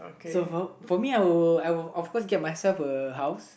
so for for me I will I will of course get myself a house